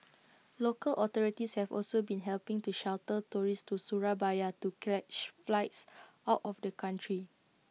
local authorities have also been helping to shuttle tourists to Surabaya to catch flights out of the country